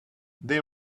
they